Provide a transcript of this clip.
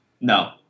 no